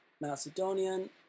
Macedonian